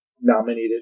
nominated